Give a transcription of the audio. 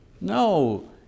No